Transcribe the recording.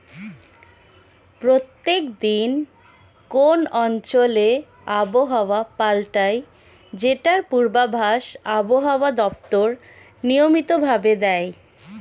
প্রত্যেক দিন কোন অঞ্চলে আবহাওয়া পাল্টায় যেটার পূর্বাভাস আবহাওয়া দপ্তর নিয়মিত ভাবে দেয়